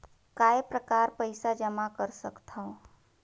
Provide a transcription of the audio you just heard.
काय प्रकार पईसा जमा कर सकथव?